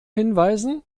hinweisen